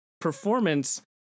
performance